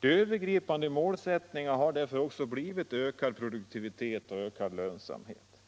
Den övergripande målsättningen har därför också blivit ökad produktivitet och ökad lönsamhet.